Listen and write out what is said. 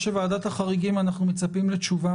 שמוועדת החריגים אנחנו מצפים לתשובה